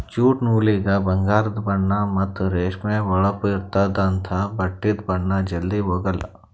jute ನೂಲಿಗ ಬಂಗಾರದು ಬಣ್ಣಾ ಮತ್ತ್ ರೇಷ್ಮಿ ಹೊಳಪ್ ಇರ್ತ್ತದ ಅಂಥಾ ಬಟ್ಟಿದು ಬಣ್ಣಾ ಜಲ್ಧಿ ಹೊಗಾಲ್